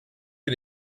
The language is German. mit